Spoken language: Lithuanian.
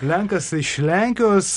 lenkas iš lenkijos